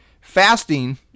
Fasting